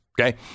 Okay